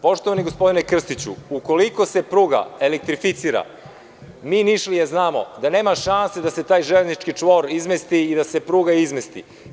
Poštovani gospodine Krstiću, ukoliko se pruga elektrificira mi Nišlije znamo da nema šanse da se taj železnički čvor izmesti i da se pruga izmesti.